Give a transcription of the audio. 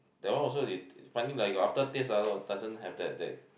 that one also they funny lah got after taste lah doesn't have that that